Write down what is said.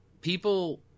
People